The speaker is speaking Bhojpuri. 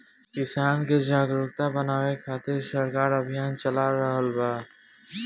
किसान के जागरुक बानवे खातिर सरकार अभियान चला रहल बा